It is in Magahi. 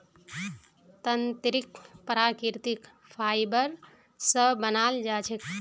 तंत्रीक प्राकृतिक फाइबर स बनाल जा छेक